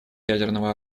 ядерного